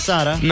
Sara